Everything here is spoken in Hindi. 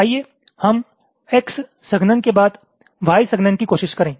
आइए हम X संघनन के बाद Y संघनन की कोशिश करें